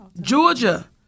Georgia